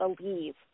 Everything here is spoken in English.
believe